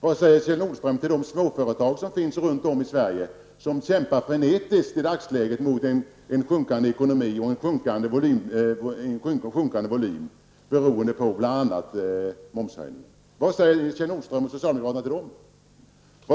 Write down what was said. Vad säger Kjell Nordström till de småföretagare runt om i Sverige som i dagsläget kämpar frenetiskt mot en försämring av ekonomin och en sjunkande volym, bl.a. beroende på momshöjningen? Vad säger Kjell Nordström och socialdemokraterna till dessa människor?